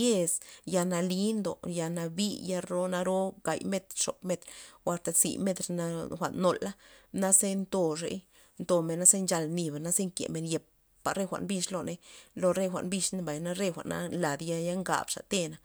yez ya na li ndo ya nabi ya ro ya naro gay metr xop metr o asta tzi metr na jwa'n nola naze ntoxey ntomena ze nchal niba naze nkemen yepa re jwa'n bix loney lo re jwa'n bix mbay na re jwa'na lad ya'ya ngabxa te'na.